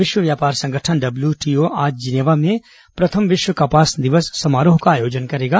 विश्व व्यापार संगठन डब्ल्यूटीओ आज जिनेवा में प्रथम विश्व कपास दिवस समारोह का आयोजन करेगा